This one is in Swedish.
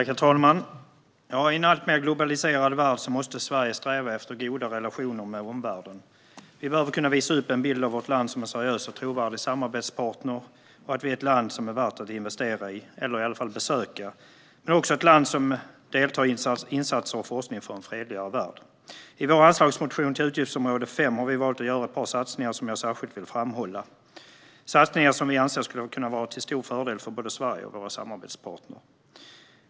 Herr talman! I en alltmer globaliserad värld måste Sverige sträva efter goda relationer med omvärlden. Vi behöver kunna visa upp en bild av vårt land som en seriös och trovärdig samarbetspartner. Vi behöver kunna visa att Sverige är ett land som det är värt att investera i eller i alla fall besöka men också att det är ett land som deltar i insatser och forskning för en fredligare värld. I vår anslagsmotion för utgiftsområde 5 har vi valt att göra ett par satsningar som jag särskilt vill framhålla. Det är satsningar som vi anser skulle kunna vara till stor fördel för både Sverige och våra samarbetspartner.